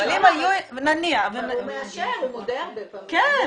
אבל --- הוא מודה הרבה פעמים,